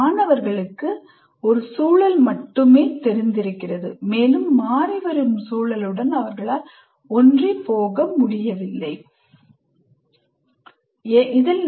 மாணவர்களுக்கு ஒரு சூழல் மட்டுமே தெரிந்திருக்கிறது மேலும் மாறிவரும் சூழலுடன் அவர்களால் ஒன்றிப் போக முடியாது